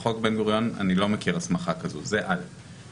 בחוק בן-גוריון אני לא מכיר הסמכה כזאת; ב',